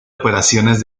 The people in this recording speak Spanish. operaciones